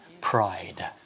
pride